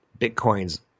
Bitcoin's